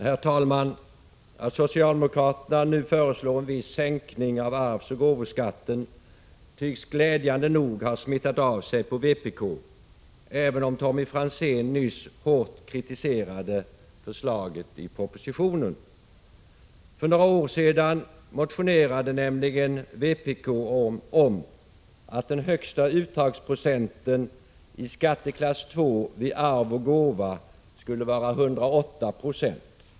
Herr talman! När socialdemokraterna nu föreslår en viss sänkning av arvsoch gåvoskatten tycks detta glädjande nog ha smittat av sig på vpk, även om Tommy Franzén nyss hårt kritiserade förslaget i propositionen. För några år sedan motionerade nämligen vpk om att den högsta uttagsprocenten i skatteklass II vid arv och gåva skulle vara 108 96.